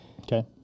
okay